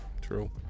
True